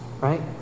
right